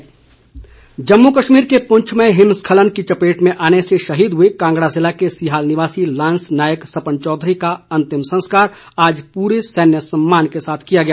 अंतिम संस्कार जम्मू कश्मीर के पुंछ में हिमस्खलन की चपेट में आने से शहीद हुए कांगड़ा जिले के सिहाल निवासी लान्स नायक सपन चौधरी का अंतिम संस्कार आज पूरे सैन्य सम्मान के साथ किया गया